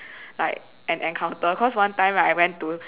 like an encounter cause one time right I went to